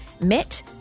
met